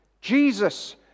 Jesus